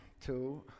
two